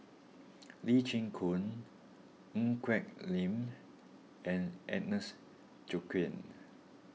Lee Chin Koon Ng Quee Lam and Agnes Joaquim